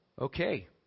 Okay